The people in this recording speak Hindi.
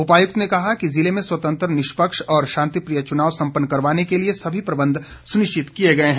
उपायुक्त ने कहा कि ज़िले में स्वतंत्र निष्पक्ष और शांतिप्रिय चुनाव संपन्न करवाने के लिए सभी प्रबंध सुनिश्चित किए गए हैं